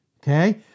Okay